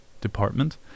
department